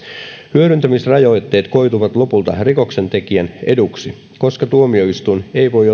hyödyntämisrajoitteet koituvat lopulta rikoksentekijän eduksi koska tuomioistuin ei voi